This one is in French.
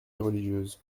religieuse